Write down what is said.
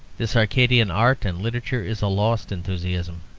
this arcadian art and literature is a lost enthusiasm.